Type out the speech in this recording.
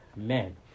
amen